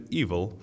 evil